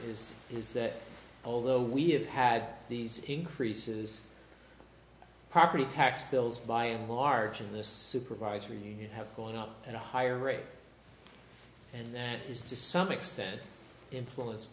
is is that although we have had these increases property tax bills by and large in this supervisory unit have gone up in a higher rate and that is to some extent influenced